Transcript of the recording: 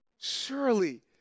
Surely